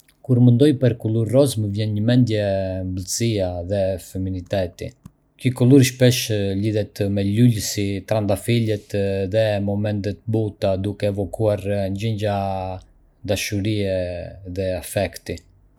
Kur mendoj për kulur rozë, më vijnë në mendje ëmbëlsia dhe feminiteti. Kjo kulur shpesh lidhet me lule si trëndafilat dhe momente të buta, duke evokuar ndjenja dashurie dhe afekti.